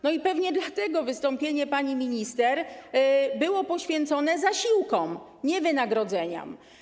No i pewnie dlatego wystąpienie pani minister było poświęcone zasiłkom, nie wynagrodzeniom.